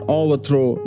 overthrow